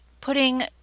putting